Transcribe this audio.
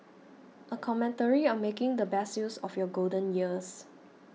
a commentary on making the best use of your golden years